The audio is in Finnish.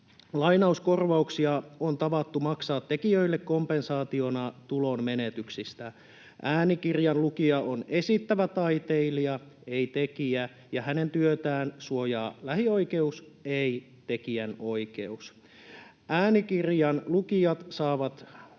Lainauskorvauksia on tavattu maksaa tekijöille kompensaationa tulonmenetyksistä. Äänikirjan lukija on esittävä taiteilija, ei tekijä, ja hänen työtään suojaa lähioikeus, ei tekijänoikeus. Äänikirjan lukijat saavat